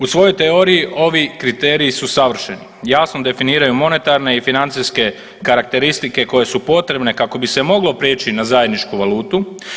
U svojoj teoriji ovi kriteriji su savršeni, jasno definiraju monetarne i financijske karakteristike koje su potrebne kako bi se moglo prijeći na zajedničku valutu.